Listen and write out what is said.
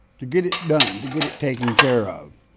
to get it done, to get it taken care of.